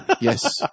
Yes